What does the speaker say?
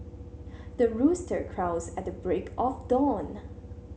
the rooster crows at the break of dawn